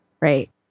right